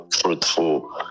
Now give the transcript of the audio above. fruitful